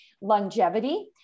Longevity